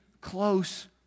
close